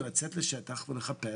ולצאת לשטח ולחפש,